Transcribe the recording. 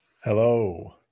Hello